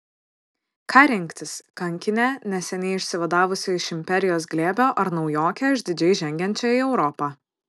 ką rinktis kankinę neseniai išsivadavusią iš imperijos glėbio ar naujokę išdidžiai žengiančią į europą